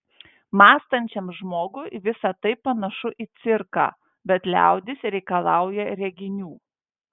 mąstančiam žmogui visa tai panašu į cirką bet liaudis reikalauja reginių